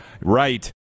Right